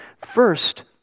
First